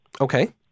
Okay